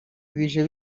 bije